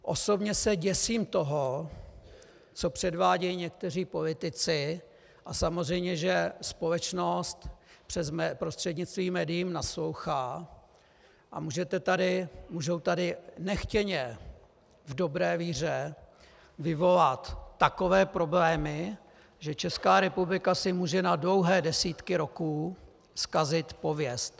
Osobně se děsím toho, co předvádějí někteří politici, a samozřejmě, že společnost prostřednictvím médií naslouchá, a můžou tady nechtěně v dobré víře vyvolat takové problémy, že Česká republika si může na dlouhé desítky roků zkazit pověst.